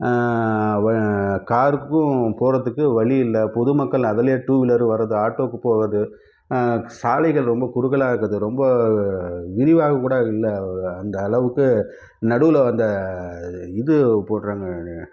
காருக்கும் போகிறதுக்கு வழி இல்லை பொது மக்கள் அதில் டூ வீலர் வர்றது ஆட்டோவுக்கு போகிறது சாலைகள் ரொம்ப குறுகலாக இருக்குது ரொம்ப விரிவாக கூட இல்லை அந்தளவுக்கு நடுவில் அந்த இது போடுறாங்க